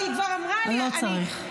לא צריך.